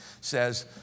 says